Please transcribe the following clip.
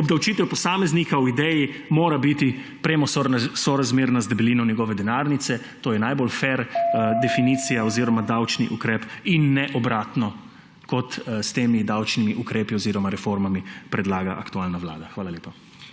Obdavčitev posameznika v ideji mora biti premosorazmerna z debelino njegove denarnice. To je najbolj fer definicija oziroma davčni ukrep in ne obratno, kot s temi davčnimi ukrepi oziroma reformami predlaga aktualna vlada. Hvala lepa.